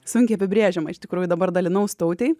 sunkiai apibrėžiama iš tikrųjų dabar dalinaus tautei